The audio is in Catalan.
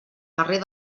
carrer